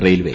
railway